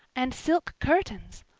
and silk curtains!